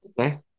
okay